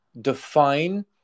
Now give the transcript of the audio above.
define